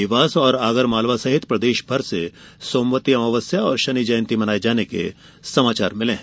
देवास और आगर मालवा सहित प्रदेश भर से सोमवती अमावस्या और शनि जयंती मनाये जाने के समाचार मिले हैं